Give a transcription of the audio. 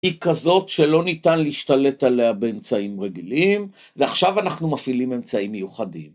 היא כזאת שלא ניתן להשתלט עליה באמצעים רגילים ועכשיו אנחנו מפעילים אמצעים מיוחדים.